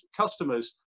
customers